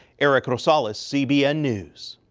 erik rosales, ah cbn news.